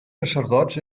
sacerdots